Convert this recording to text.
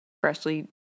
freshly